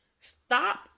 stop